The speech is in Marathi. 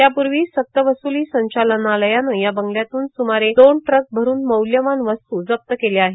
त्यापूर्वी सक्तवस्ली संचालनालयानं या बंगल्यातून स्मारे दोन ट्रक भरून मौल्यवान वस्तू जप्त केल्या आहेत